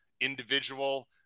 individual